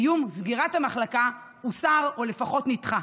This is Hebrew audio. איום סגירת המחלקה, הוסר, או לפחות נידחה.